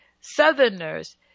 southerners